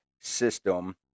system